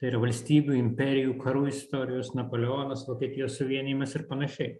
tai yra valstybių imperijų karų istorijos napoleonas vokietijos suvienijimas ir panašiai